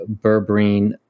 berberine